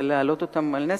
ולהעלות את התנהגותם על נס,